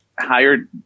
hired